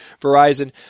Verizon